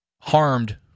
harmed